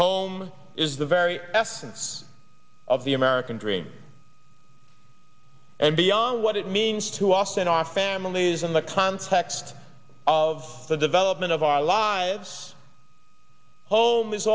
home is the very essence of the american dream and beyond what it means to us in our families in the context of the development of our lives home is